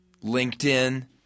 LinkedIn